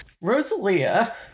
Rosalia